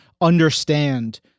understand